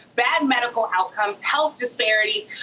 bad medical outcomes, health disparity,